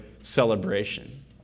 celebration